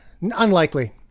Unlikely